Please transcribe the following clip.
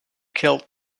killed